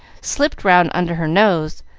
slipped round under her nose,